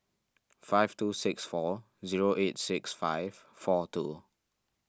five two six four zero eight six five four two